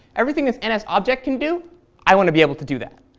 everything this and nsobject can do i want to be able to do that.